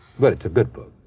but it's a good book.